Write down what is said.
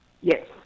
Yes